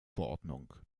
verordnung